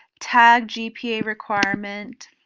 tag gpa requirement,